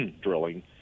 drilling